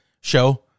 show